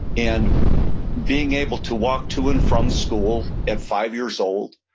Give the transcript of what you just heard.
and being able to walk to and from school at five years old.